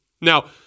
Now